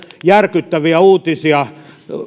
järkyttäviä uutisia